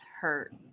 hurt